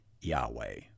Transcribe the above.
Yahweh